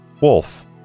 Wolf